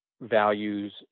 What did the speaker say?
values